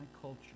culture